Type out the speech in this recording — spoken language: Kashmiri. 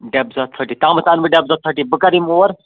ڈیبزان تھٲرٹی تام اَنہٕ بہٕ ڈیبزان تھٲرٹی بہٕ کَرٕ یِمہٕ اور